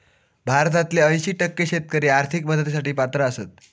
भारतातील ऐंशी टक्के शेतकरी आर्थिक मदतीसाठी पात्र आसत